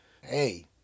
hey